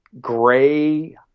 gray